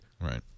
Right